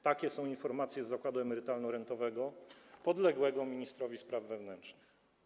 Takie są informacje z zakładu emerytalno-rentowego podległego ministrowi spraw wewnętrznych.